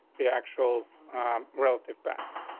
the actual relative paths.